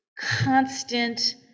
constant